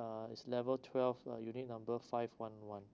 uh it's level twelve uh unit number five one one